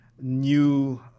new